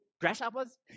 grasshoppers